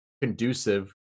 conducive